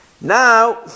Now